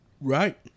Right